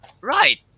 Right